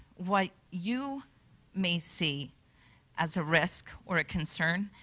what you may see as ah risk or concern,